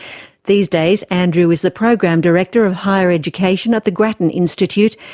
these days andrew is the program director of higher education at the grattan institute,